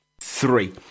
three